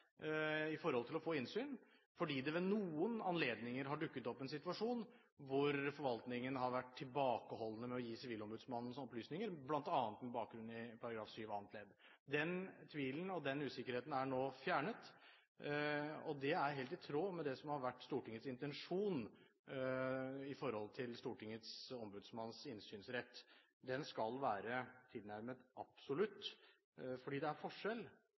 til å få innsyn, fordi det ved noen anledninger har dukket opp en situasjon hvor forvaltningen har vært tilbakeholden med å gi sivilombudsmannen opplysninger, bl.a. med bakgrunn i § 7 annet ledd. Den tvilen og den usikkerheten er nå fjernet, og det er helt i tråd med det som har vært Stortingets intensjon når det gjelder Stortingets ombudsmanns innsynsrett: Den skal være tilnærmet absolutt. Selv om ikke alle har oversikt over det, er det en stor forskjell